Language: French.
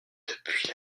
depuis